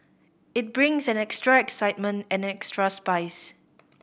it brings an extra excitement and an extra spice